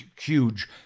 huge